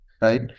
right